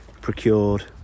procured